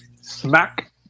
smack